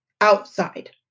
outside